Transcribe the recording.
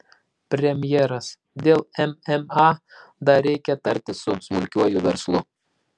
premjeras dėl mma dar reikia tartis su smulkiuoju verslu